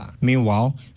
Meanwhile